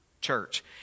church